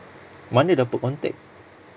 mana dapat contact